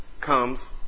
comes